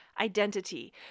identity